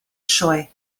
sioe